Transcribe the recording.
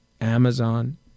Amazon